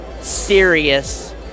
serious